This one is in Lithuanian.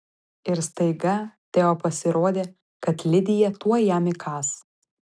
ir staiga teo pasirodė kad lidija tuoj jam įkąs